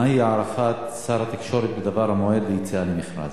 מהי הערכת שר התקשורת בדבר מועד היציאה למכרז?